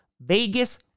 Vegas